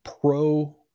pro